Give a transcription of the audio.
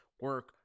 Work